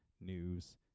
news